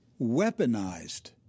weaponized